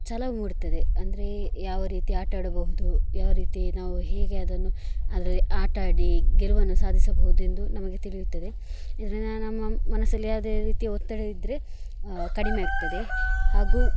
ಛಲ ಮೂಡ್ತದೆ ಅಂದರೆ ಯಾವ ರೀತಿ ಆಟಾಡಬಹುದು ಯಾವ ರೀತಿ ನಾವು ಹೇಗೆ ಅದನ್ನು ಅದರಲ್ಲಿ ಆಟಾಡಿ ಗೆಲುವನ್ನು ಸಾಧಿಸಬಹುದೆಂದು ನಮಗೆ ತಿಳಿಯುತ್ತದೆ ಇದರಿಂದ ನಮ್ಮ ಮನಸ್ಸಲ್ಲಿ ಯಾವುದೇ ರೀತಿಯ ಒತ್ತಡ ಇದ್ದರೆ ಕಡಿಮೆ ಆಗ್ತದೆ ಹಾಗೂ